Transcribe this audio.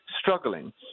struggling